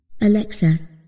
Alexa